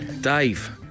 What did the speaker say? Dave